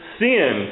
sin